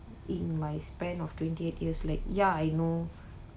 in my span of twenty eight years like ya I know